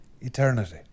Eternity